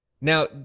Now